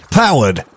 powered